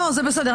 זה בסדר.